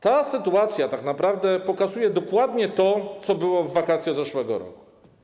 Ta sytuacja tak naprawdę pokazuje dokładnie to, co było w wakacje zeszłego roku.